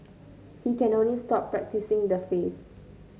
he can only stop practising the faith